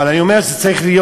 אבל זה צריך להיות